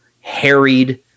harried